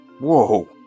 Whoa